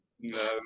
No